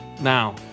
Now